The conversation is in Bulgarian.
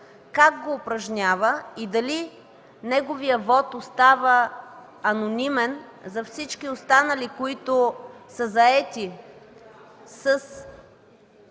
как го упражнява и дали неговият вот остава анонимен за всички останали, които са заети с